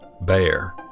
bear